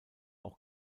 auch